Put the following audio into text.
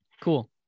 cool